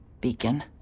Beacon